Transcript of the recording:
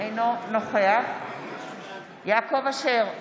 אינו נוכח יעקב אשר,